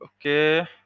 Okay